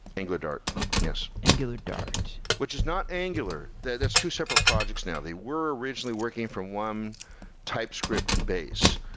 angulardart. yes. angulardart. which is not angular. that's two separate projects now. they were originally working from one typescript base,